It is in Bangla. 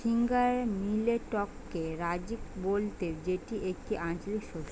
ফিঙ্গার মিলেটকে রাজি বলতে যেটি একটি আঞ্চলিক শস্য